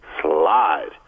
slide